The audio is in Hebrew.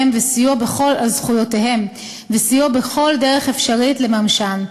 זכויותיהם וסיוע בכל דרך אפשרית לממשן.